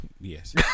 yes